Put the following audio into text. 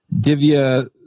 Divya